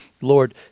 Lord